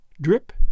drip